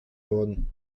worden